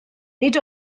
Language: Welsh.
nid